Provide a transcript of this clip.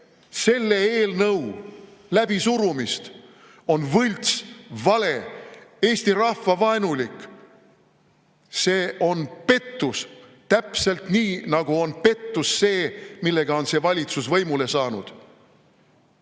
selle eelnõu läbisurumist, on võlts, vale, eesti rahva vaenulik. See on pettus täpselt nii, nagu on pettus see, millega on see valitsus võimule saanud.